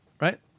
Right